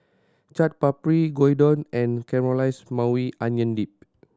Chaat Papri Gyudon and Caramelized Maui Onion Dip